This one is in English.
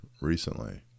recently